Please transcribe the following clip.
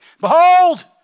Behold